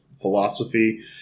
philosophy